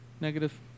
negative